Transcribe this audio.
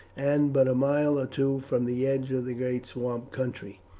and but a mile or two from the edge of the great swamp country.